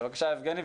בבקשה, יבגני.